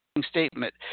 statement